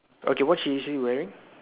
okay what she is she wearing